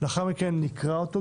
לאחר מכן נקרא אותו,